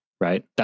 right